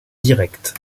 directe